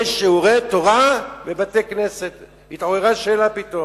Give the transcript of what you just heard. יש שיעורי תורה בבתי-כנסת, התעוררה שאלה פתאום,